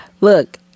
Look